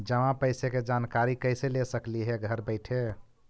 जमा पैसे के जानकारी कैसे ले सकली हे घर बैठे?